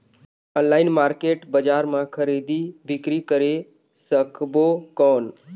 Online market बजार मां खरीदी बीकरी करे सकबो कौन?